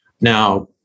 Now